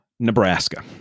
Nebraska